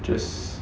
yes